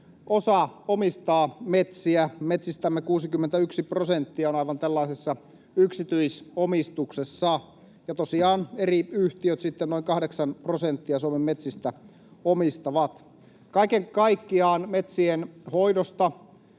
osa omistaa metsiä. Metsistämme 61 prosenttia on aivan tällaisessa yksityisomistuksessa, ja tosiaan eri yhtiöt omistavat noin 8 prosenttia Suomen metsistä. Kaiken kaikkiaan metsien hoidosta